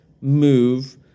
move